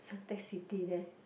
Suntec City there